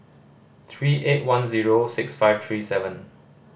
three eight one zero six five three seven